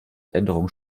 änderungen